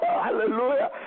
Hallelujah